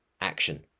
action